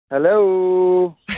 Hello